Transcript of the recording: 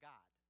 God